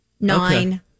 nine